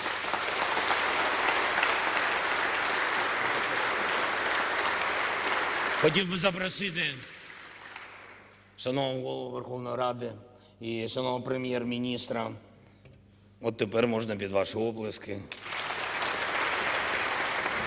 Хотів би запросити шановного Голову Верховної Ради і шановного Прем'єр-міністра. От тепер можна під ваші оплески.